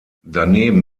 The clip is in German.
daneben